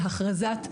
שבחוק.